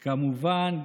כמובן,